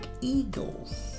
eagles